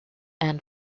and